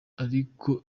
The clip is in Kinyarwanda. ariko